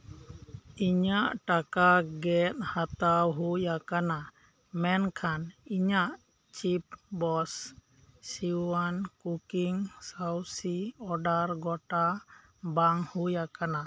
ᱤᱧᱟᱜ ᱴᱟᱠᱟ ᱜᱮᱫ ᱦᱟᱛᱟᱣ ᱦᱩᱭ ᱟᱠᱟᱱᱟ ᱢᱮᱱᱠᱷᱟᱱ ᱤᱧᱟᱜ ᱪᱤᱯᱵᱚᱥ ᱥᱤᱣᱟᱱ ᱠᱩᱠᱤᱝ ᱥᱟᱣᱥᱤ ᱚᱰᱟᱨ ᱜᱚᱴᱟ ᱵᱟᱝ ᱦᱩᱭ ᱟᱠᱟᱱᱟ